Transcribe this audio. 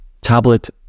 tablet